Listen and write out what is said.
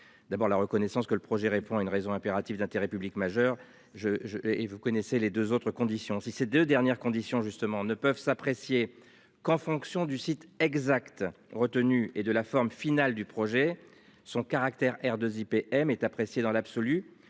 D'abord la reconnaissance que le projet répond à une raison impérative d'intérêt public majeur je je vous connaissez les 2 autres conditions si ces deux dernières conditions justement ne peuvent s'apprécier qu'en fonction du site exacts retenus et de la forme finale du projet, son caractère R 2 IPM est appréciée dans l'absolu